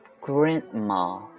Grandma